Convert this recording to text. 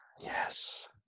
yes